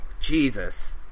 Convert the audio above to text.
Jesus